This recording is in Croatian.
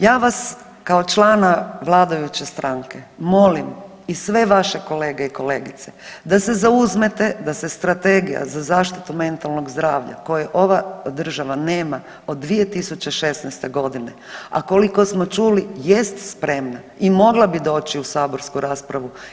Ja vas kao člana vladajuće stranke molim i sve vaše kolege i kolegice da se zauzmete, da se strategija za zaštitu mentalnog zdravlja koje ova država nema od 2016.g., a koliko smo čuli jest spremna i mogla bi doći u saborsku raspravu.